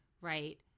right